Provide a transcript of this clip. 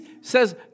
says